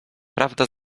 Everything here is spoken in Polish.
prawda